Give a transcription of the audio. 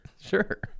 Sure